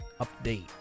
Update